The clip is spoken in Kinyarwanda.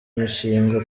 imishinga